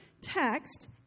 text